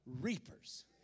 reapers